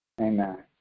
Amen